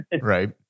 right